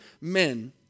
men